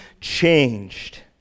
changed